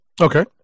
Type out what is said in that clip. Okay